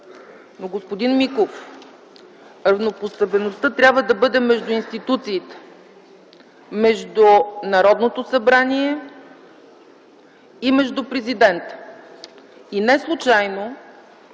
Но, господин Миков, равнопоставеността трябва да бъде между институциите – между Народното събрание и Президента. Неслучайно